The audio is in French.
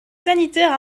sanitaire